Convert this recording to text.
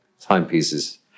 timepieces